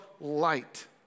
light